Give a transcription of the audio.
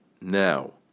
now